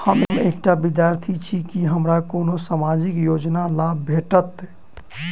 हम एकटा विद्यार्थी छी, की हमरा कोनो सामाजिक योजनाक लाभ भेटतय?